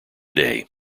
day